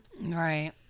Right